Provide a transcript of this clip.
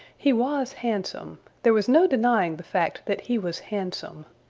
he was handsome. there was no denying the fact that he was handsome.